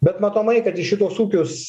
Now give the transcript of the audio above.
bet matomai kad į šituos ūkius